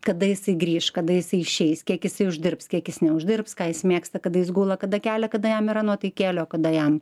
kada jisai grįš kada jisai išeis kiek jisai uždirbs kiek jis neuždirbs ką jis mėgsta kada jis gula kada kelia kada jam yra nuo tai kelio kada jam